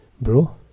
Bro